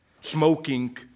smoking